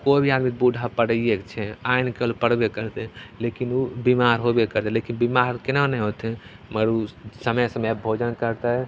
कोइ भी आदमी बूढ़ा पड़ैएके छै आइ नहि काल्हि पड़बे करतै लेकिन ओ बेमार होबे करतै लेकिन बेमार कोना नहि होतै अगर ओ समय समयपर भोजन करतै